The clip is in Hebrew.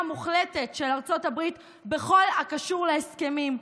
המוחלטות של ארצות הברית בכל הקשור להסכמים,